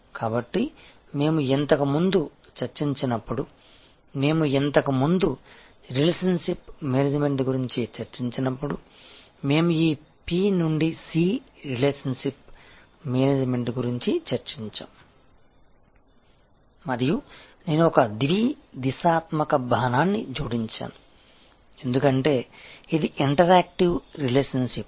కాబట్టి మేము ఇంతకు ముందు చర్చించినప్పుడు మేము ఇంతకు ముందు రిలేషన్షిప్ మేనేజ్మెంట్ గురించి చర్చించినప్పుడు మేము ఈ P నుండి C రిలేషన్షిప్ మేనేజ్మెంట్ గురించి చర్చించాము మరియు నేను ఒక ద్వి దిశాత్మక బాణాన్ని జోడించాను ఎందుకంటే ఇది ఇంటరాక్టివ్ రిలేషన్షిప్